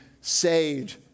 saved